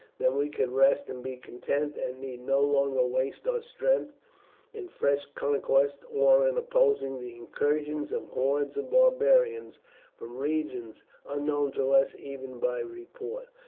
then we could rest and be content, and need no longer waste our strength in fresh conquests, or in opposing the incursions of hordes of barbarians from regions unknown to us even by report.